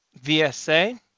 VSA